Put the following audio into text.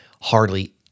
hardly